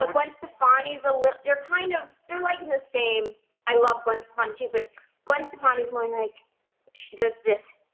but gwen stefani's a li they're kind of they're like in the same i love gwen so stefani, too. but gwen stefani's more like she does this.